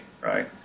right